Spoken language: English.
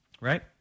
right